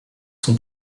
sont